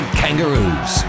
kangaroos